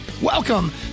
Welcome